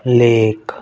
lake